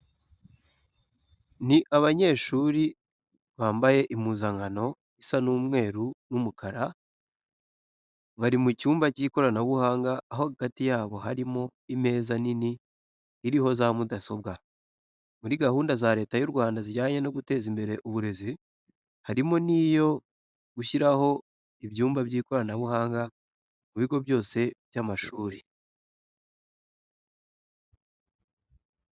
Ni abanyeshuri bambaye impuzankano isa umweru n'umukara, bari mu cyumba cy'ikiranabuhanga aho hagati yabo harimo imeza nini iriho za mudasobwa. Muri gahunda za Leta y'u Rwanda zijyanye no guteza imbere uburezi, harimo n'iyo gushyiraho imbyumba by'ikoranabuhanga mu bigo byose by'amashuri.